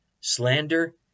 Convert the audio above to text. slander